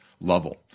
level